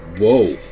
Whoa